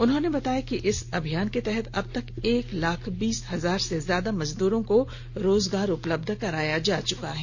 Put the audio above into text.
उन्होंने बताया कि इस अभियान के तहत अबतक एक लाख बीस हजार से ज्यादा मजदूरों को रोजगार उपलब्ध कराया जा चुका है